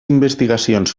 investigacions